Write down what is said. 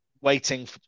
waiting